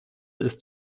ist